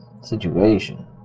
situation